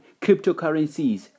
cryptocurrencies